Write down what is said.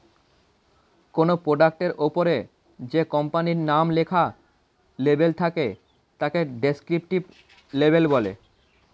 কোনো প্রোডাক্টের ওপরে যে কোম্পানির নাম লেখা লেবেল থাকে তাকে ডেসক্রিপটিভ লেবেল বলে